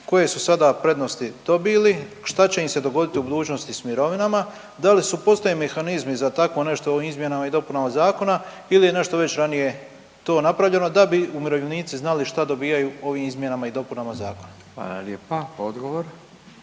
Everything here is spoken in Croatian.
koje su sada prednosti dobili? Šta će im se dogoditi u budućnosti s mirovinama? Da li su postoje mehanizmi za takvo nešto u ovim izmjenama i dopunama zakona ili je nešto već ranije to napravljeno da bi umirovljenici znali šta dobijaju ovim izmjenama i dopunama zakona? **Radin, Furio